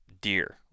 deer